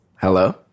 Hello